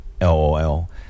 LOL